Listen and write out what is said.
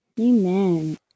Amen